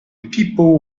people